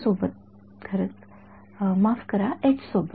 सोबत खरंच माफ करा सोबत